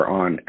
on